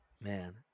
Man